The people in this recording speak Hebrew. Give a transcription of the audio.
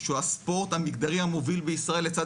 שהוא הספורט המגדרי המוביל בישראל לצד